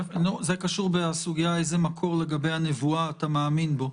זה קשור בסוגיה איזה מקור לגבי הנבואה אתה מאמין בו,